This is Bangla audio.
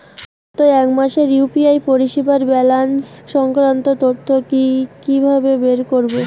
গত এক মাসের ইউ.পি.আই পরিষেবার ব্যালান্স সংক্রান্ত তথ্য কি কিভাবে বের করব?